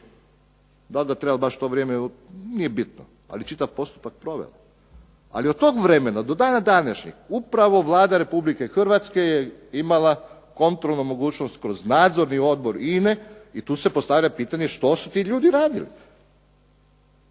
da li ga je trebalo baš u to vrijeme nije bitno ali je čitav postupak provela. Ali od tog vremena do dana današnjeg upravo Vlada Republike Hrvatske je imala kontrolnu mogućnost kroz Nadzorni odbor INA-e i tu se postavlja pitanje što su ti ljudi radili.